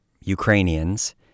Ukrainians